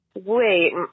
wait